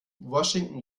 washington